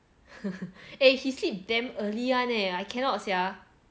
eh he sleep damn early one leh I cannot sia